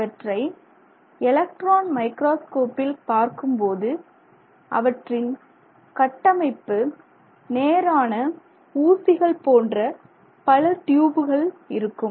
இவற்றை எலக்ட்ரான் மைக்ரோஸ்கோப்பில் பார்க்கும்போது அவற்றின் கட்டமைப்பு நேரான ஊசிகள் போன்ற பல ட்யூபுகள் இருக்கும்